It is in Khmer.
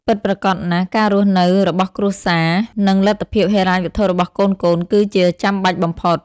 ពិតប្រាកដណាស់ ការរស់នៅរបស់គ្រួសារ និងលទ្ធភាពហិរញ្ញវត្ថុរបស់កូនៗគឺជាចាំបាច់បំផុត។